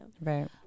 right